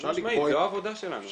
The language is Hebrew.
זו העבודה שלנו.